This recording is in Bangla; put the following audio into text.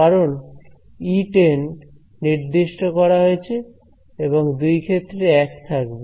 কারণ ই টেন নির্দিষ্ট করা হয়েছে এবং দুই ক্ষেত্রেই এক থাকবে